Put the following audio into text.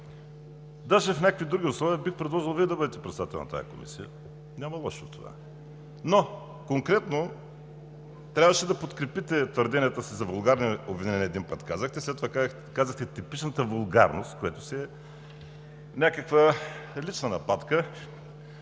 даже в някакви други условия бих предложил Вие да бъдете председател на тази комисия. Няма лошо в това! Но конкретно трябваше да подкрепите твърденията си за вулгарни обвинения – един път казахте, след това казахте типичната вулгарност, което си е някаква лична нападка.